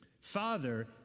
Father